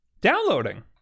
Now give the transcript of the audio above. Downloading